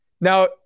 Now